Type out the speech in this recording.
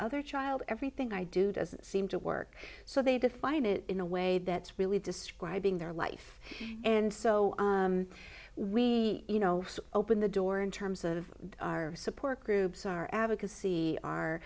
other child everything i do doesn't seem to work so they define it in a way that's really describing their life and so we you know open the door in terms of our support groups our advocacy